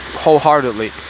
wholeheartedly